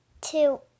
two